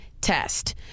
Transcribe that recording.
test